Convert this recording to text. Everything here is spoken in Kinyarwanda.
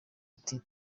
ati